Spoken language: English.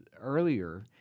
earlier